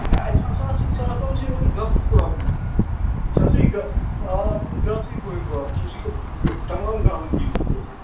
ہے اَسہِ نا سا ٲسٕے سُہ ہَسا اوسٕے اوترٕ گاسَس پرٛابلِم سُہ ٲسٕے گہٕ آ سُہ اوسٕے گاسٕے پرٛابلِم سُہ اوسُے تَمام گاوَن تہِ گوٚمُت اوترٕ